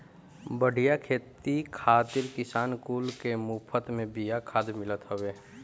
बढ़िया खेती खातिर किसान कुल के मुफत में बिया खाद मिलत हवे